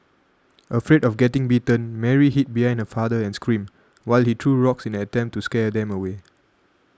afraid of getting bitten Mary hid behind her father and screamed while he threw rocks in an attempt to scare them away